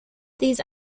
these